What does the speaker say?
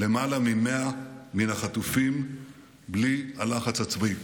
למעלה מ-100 מהחטופים בלי הלחץ הצבאי.